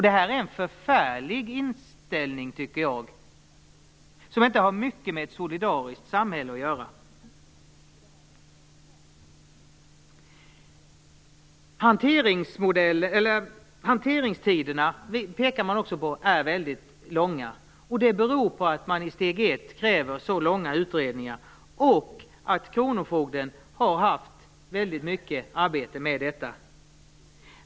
Det är en förfärlig inställning, som inte har mycket med ett solidariskt samhälle att göra, tycker jag. Hanteringstiderna är väldigt långa, pekar man också på. Det beror på att man i steg 1 kräver så långa utredningar och att kronofogden har haft väldigt mycket arbete med detta.